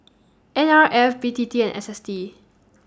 N R F B T T and S S T